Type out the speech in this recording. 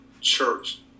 church